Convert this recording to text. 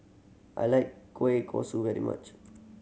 I like kueh kosui very much